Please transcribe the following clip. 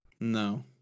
no